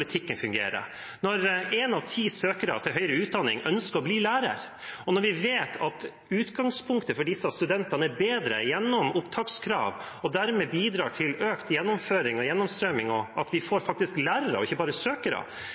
fungerer. Når én av ti søkere til høyere utdanning ønsker å bli lærer, og når vi vet at utgangspunktet for disse studentene er bedret gjennom opptakskrav og dermed bidrar til økt gjennomføring og gjennomstrømming og til at vi får lærere og ikke bare søkere,